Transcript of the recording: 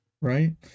Right